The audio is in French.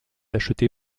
achetée